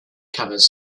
covers